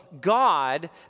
God